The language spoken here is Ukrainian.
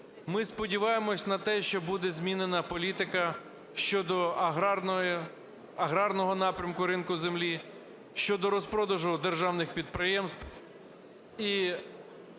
ми сподіваємось на те, що буде змінена політика щодо аграрного напрямку ринку землі, щодо розпродажу державних підприємств.